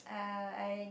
uh I